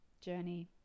journey